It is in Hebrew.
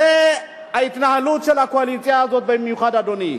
זו ההתנהלות של הקואליציה הזאת במיוחד, אדוני.